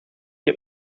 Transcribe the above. heb